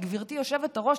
כי גברתי היושבת-ראש,